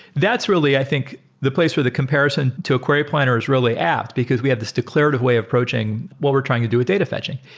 that's really i think the place where the comparison to a query planner is really apped, because we have this declarative way of approaching what we're trying to do with data fetching.